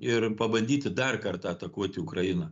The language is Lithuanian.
ir pabandyti dar kartą atakuoti ukrainą